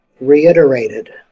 Reiterated